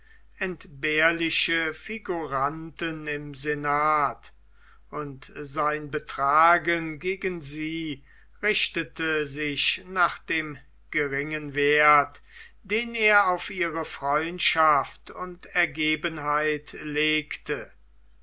entbehrliche figuranten im senat und sein betragen gegen sie richtete sich nach dem geringen werth den er auf ihre freundschaft und ergebenheit legte